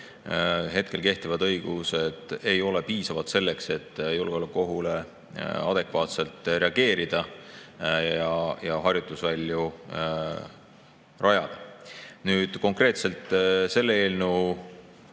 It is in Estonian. hetkel kehtivad õigused ei ole piisavad selleks, et julgeolekuohule adekvaatselt reageerida ja harjutusvälju rajada. Nüüd, konkreetselt selle eelnõu